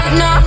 no